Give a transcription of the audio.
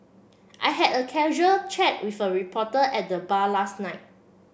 I had a casual chat with a reporter at the bar last night